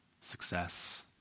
success